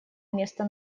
места